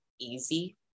easy